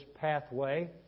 pathway